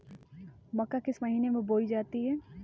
मक्का किस महीने में बोई जाती है?